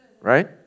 Right